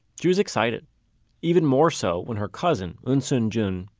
she was excited even more so when her cousin, eunsoon jun,